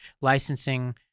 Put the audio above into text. licensing